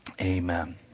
Amen